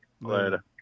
Later